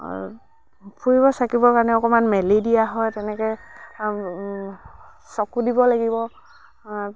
ফুৰিব চাকিবৰ কাৰণে অকণমান মেলি দিয়া হয় তেনেকৈ চকু দিব লাগিব